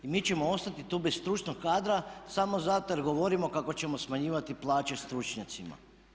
I mi ćemo ostati tu bez stručnog kadra samo zato jer govorimo kako ćemo smanjivati plaće stručnjacima.